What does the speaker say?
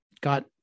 got